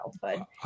childhood